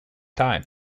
time